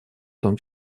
том